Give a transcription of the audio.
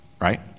right